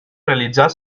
realitzar